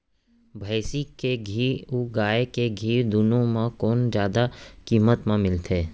भैंसी के घीव अऊ गाय के घीव दूनो म कोन जादा किम्मत म मिलथे?